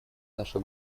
наша